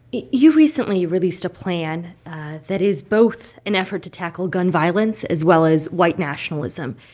you recently released a plan that is both an effort to tackle gun violence as well as white nationalism.